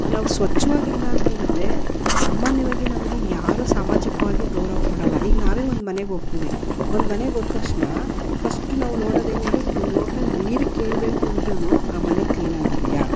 ನಾವು ಸ್ವಚ್ಚವಾಗಿಲ್ಲ ಅಂತ್ಹೇಳಿದ್ರೆ ಸಾಮಾನ್ಯವಾಗಿ ನಮಗೆ ಯಾರೂ ಸಾಮಾಜಿಕವಾಗಿ ಗೌರವ ಕೊಡೋಲ್ಲ ಈಗ ನಾವೇ ಒಂದು ಮನೆಗೆ ಹೋಗ್ತಿವಿ ಒಂದು ಮನೆಗೆ ಹೋದ ತಕ್ಷಣ ಫಸ್ಟ್ ನಾವು ನೋಡೋದೇನ್ಹೇಳಿ ಒಂದು ಲೋಟ ನೀರಿಗೆ ಕೇಳಬೇಕು ಅಂದ್ರೂ ಆ ಮನೆ ಕ್ಲೀನಾಗಿದೆಯಾ